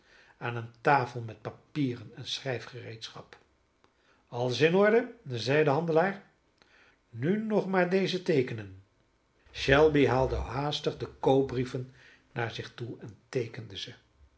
aan eene tafel met papieren en schrijfgereedschap alles in orde zeide de handelaar nu nog maar deze teekenen shelby haalde haastig de koopbrieven naar zich toe en teekende ze